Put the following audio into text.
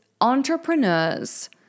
entrepreneurs